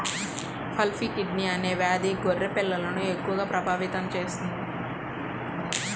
pulpy kidney అనే వ్యాధి గొర్రె పిల్లలను ఎక్కువగా ప్రభావితం చేస్తుంది